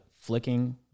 flicking